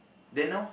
then now